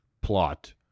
Plot